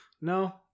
No